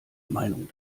meinung